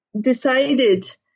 decided